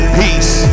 peace